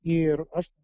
ir aš